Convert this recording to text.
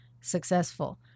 successful